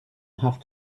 have